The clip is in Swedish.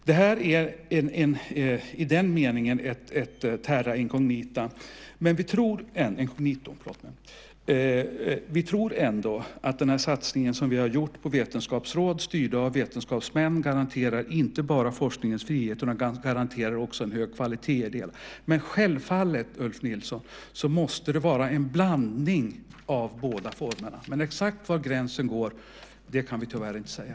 Det här är i den meningen ett terra incognita , men vi tror ändå att den här satsningen som vi har gjort på vetenskapsråd styrda av vetenskapsmän garanterar inte bara forskningens friheter, utan också en hög kvalitet. Men självfallet, Ulf Nilsson, måste det vara en blandning av båda formerna. Exakt var gränsen går kan vi tyvärr inte säga.